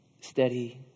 steady